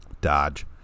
Dodge